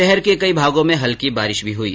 शहर के कई भागों में हल्की बारिश भी हुई